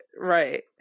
right